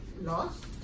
lost